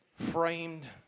framed